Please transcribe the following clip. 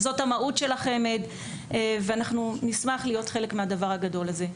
זאת המהות של החמ"ד ואנחנו נשמח להיות חלק מהדבר הגדול הזה.